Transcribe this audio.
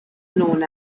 known